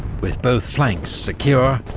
with both flanks secure,